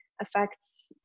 affects